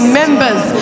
members